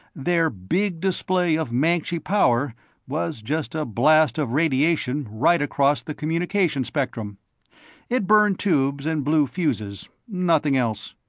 their big display of mancji power was just a blast of radiation right across the communication spectrum it burned tubes and blew fuses nothing else.